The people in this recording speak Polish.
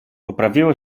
poprawiły